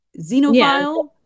Xenophile